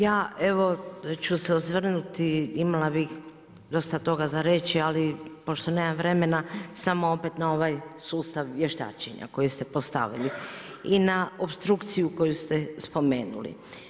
Ja evo ću se osvrnuti, imala bih dosta toga za reći ali pošto nemam vremena samo opet na ovaj sustav vještačenja koji ste postavili i na opstrukciju koju ste spomenuli.